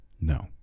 No